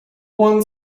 one